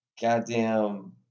goddamn